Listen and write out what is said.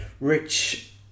Rich